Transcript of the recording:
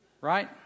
Right